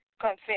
Confess